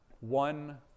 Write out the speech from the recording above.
one